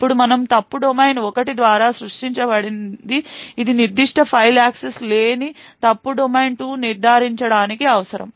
ఇప్పుడు మనము తప్పు డొమైన్ 1 ద్వారా సృష్టించబడింది ఇది నిర్దిష్ట ఫైల్ యాక్సెస్ లేని తప్పు డొమైన్ 2 నిర్ధారించడానికి అవసరం